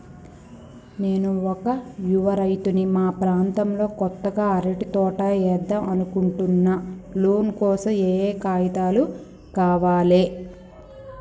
నేను ఒక యువ రైతుని మా ప్రాంతంలో కొత్తగా అరటి తోట ఏద్దం అనుకుంటున్నా లోన్ కోసం ఏం ఏం కాగితాలు కావాలే?